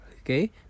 okay